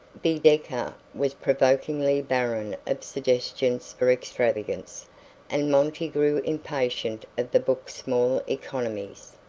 baedeker was provokingly barren of suggestions for extravagance and monty grew impatient of the book's small economies.